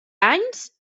anys